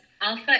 Alpha